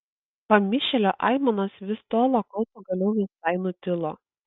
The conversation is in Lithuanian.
pamišėlio aimanos vis tolo kol pagaliau visai nutilo